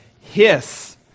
hiss